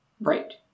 Right